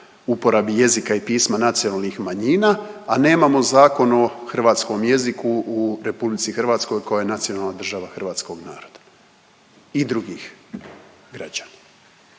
uporabi jezika i pisma nacionalnih manjina, a nemamo Zakon o hrvatskom jeziku u RH koja je nacionalna država hrvatskog naroda i drugih građana.